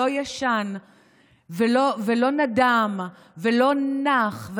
לא ישן ולא נדם ולא נח,